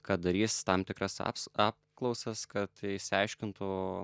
kad darys tam tikras aps apklausas kad išsiaiškintų